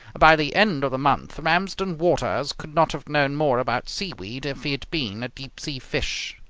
by the end of the month ramsden waters could not have known more about seaweed if he had been a deep sea fish.